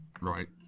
Right